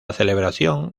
celebración